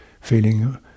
feeling